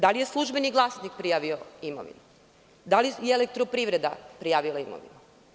Da li je „Službeni glasnik“ prijavio imovinu, da li je „Elektroprivreda“ prijavilo imovinu?